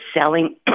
selling